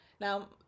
Now